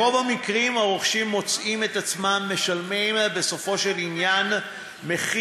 ברוב המקרים הרוכשים מוצאים את עצמם משלמים בסופו של דבר מחיר